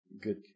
good